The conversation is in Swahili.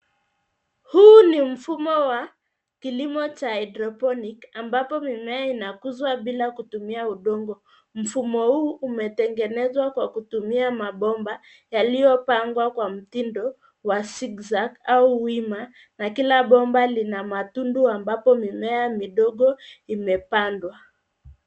Huu ni mfumo wa kilimo cha haidroponiki ambapo mimea inakuzwa bila kutumia udongo. Mfumo huu umetengenezwa kwa kutumia mabomba yaliyopangwa kwa mtindo wa zigzag au wima na kila bomba lina matundu ambapo mimea midogo imepandwa.